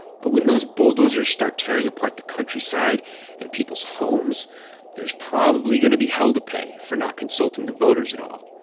but when those bulldozers start tearing apart the countryside and people's homes there's probably going to be hell to pay for not consulting the voters at all.